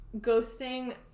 ghosting